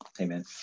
amen